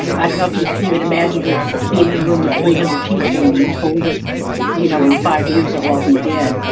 i don't know if you can even imagine being in a room with three hundred people and being told that you know in five years i'll be dead.